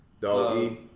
Doggy